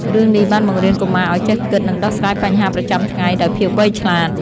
រឿងនេះបានបង្រៀនកុមារឲ្យចេះគិត និងដោះស្រាយបញ្ហាប្រចាំថ្ងៃដោយភាពវៃឆ្លាត។